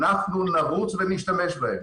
אנחנו נרוץ ונשתמש בהם.